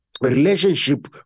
relationship